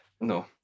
No